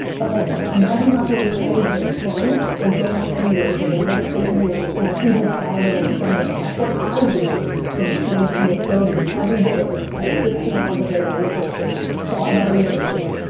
all of em. imagine not doing anything fun, or going anywhere for the next eight years including saturday and sunday. that's what i did from twenty two to thirty. everyday i spent fifteen hours a day in liquor store. thought about a liquor store.